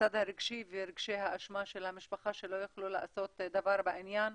הצד הרגשי ורגשי האשמה של המשפחה שלא יכלה לעשות דבר בעניין,